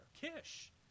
Kish